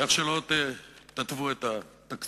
איך שלא תתוו את התקציב,